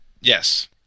Yes